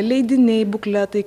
leidiniai bukletai